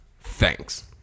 Thanks